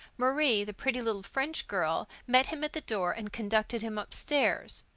marie, the pretty little french girl, met him at the door and conducted him upstairs.